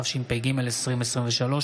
התשפ"ג 2023,